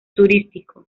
turístico